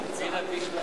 נתקבלו.